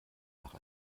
nach